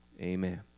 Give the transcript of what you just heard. Amen